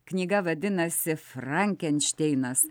knyga vadinasi frankenšteinas